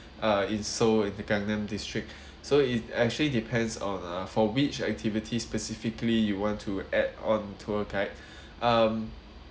uh it so in the gangnam district so it actually depends on uh for which activities specifically you want to add on tour guide um